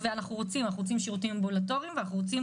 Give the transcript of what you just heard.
ואנחנו רוצים שירותים אמבולטוריים ואנחנו רוצים